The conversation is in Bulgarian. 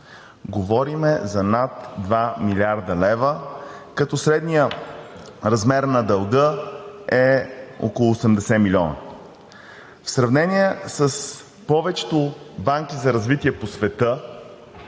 Говорим за над 2 млрд. лв., като средният размер на дълга е около 80 милиона. В сравнение с повечето банки за развитие по света,